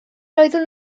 oeddwn